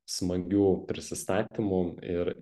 smagių prisistatymų ir